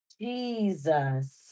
jesus